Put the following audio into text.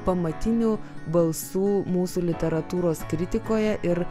pamatinių balsų mūsų literatūros kritikoje ir